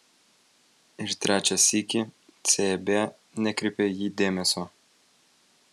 ir trečią sykį cb nekreipė į jį dėmesio